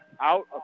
Out